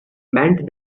meant